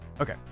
okay